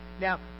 Now